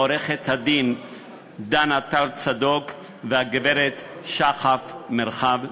עורכת-הדין דנה טל-צדוק והגברת שחף מרחב.